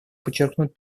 подчеркнуть